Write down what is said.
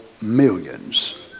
millions